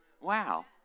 Wow